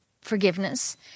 forgiveness